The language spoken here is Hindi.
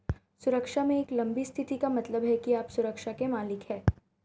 सुरक्षा में एक लंबी स्थिति का मतलब है कि आप सुरक्षा के मालिक हैं